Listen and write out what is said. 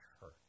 hurt